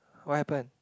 what happen